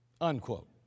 Unquote